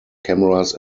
cameras